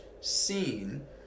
scene